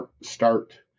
start